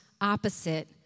opposite